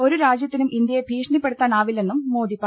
ഒരു രാജ്യത്തിനും ഇന്ത്യയെ ഭീഷണിപ്പെടുത്താനാവില്ലെന്നും മോദി പറഞ്ഞു